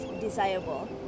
desirable